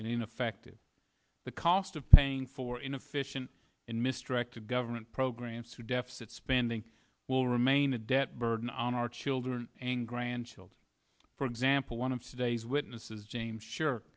ineffective the cost of paying for inefficient and mis tracked government programs to deficit spending will remain a debt burden on our children and grandchildren for example one of today's witnesses james sure